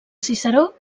ciceró